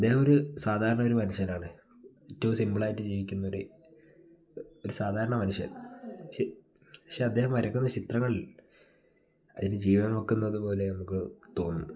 അദ്ദേഹം ഒരു സാധാരണ ഒരു മനുഷ്യനാണ് ഏറ്റവും സിമ്പിളായിട്ട് ജീവിക്കുന്ന ഒരു ഒരു സാധാരണ മനുഷ്യൻ പക്ഷെ അദ്ദേഹം വരക്കുന്ന ചിത്രങ്ങളിൽ അതിന് ജീവൻ വയ്ക്കുന്നത് പോലെ നമ്മൾക്ക് തോന്നും